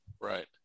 Right